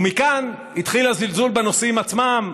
ומכאן התחיל הזלזול בנושאים עצמם.